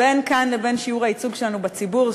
בין כאן ובין שיעור הייצוג שלנו בציבור,